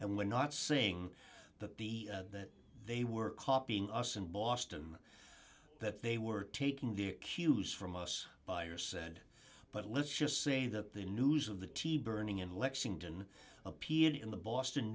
and we're not saying that the that they were copying us in boston that they were taking their cues from us buyers said but let's just say that the news of the tea burning in lexington appeared in the boston